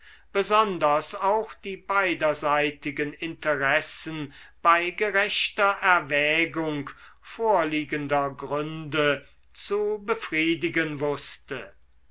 besonders auch die beiderseitigen interessen bei gerechter erwägung vorliegender gründe zu befriedigen wußte